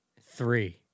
Three